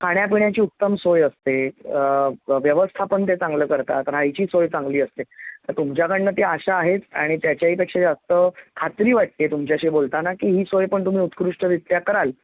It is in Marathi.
खाण्यापिण्याची उत्तम सोय असते व्यवस्थापन ते चांगलं करतात रहायची सोय चांगली असते तर तुमच्याकडनं ती आशा आहेच आणि त्याचाही पेक्षा जास्त खात्री वाटते तुमच्याशी बोलताना की ही सोय पण तुम्ही उत्कृष्टरित्या कराल